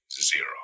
zero